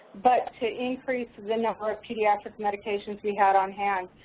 but to increase the number of pediatric medications we had on hand.